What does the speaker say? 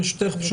ברשותך,